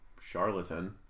charlatan